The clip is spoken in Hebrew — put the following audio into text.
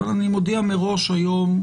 אבל אני מודיע מראש היום,